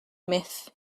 meth